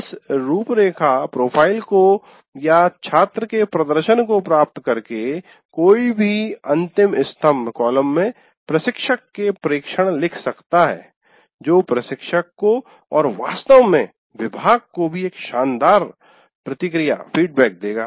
इस रूपरेखा प्रोफ़ाइल को या छात्र के प्रदर्शन को प्राप्त करके कोई भी अंतिम स्तम्भ कॉलम में प्रशिक्षक के प्रेक्षण लिख सकता है जो प्रशिक्षक को और वास्तव में विभाग को भी एक शानदार प्रतिक्रिया देगा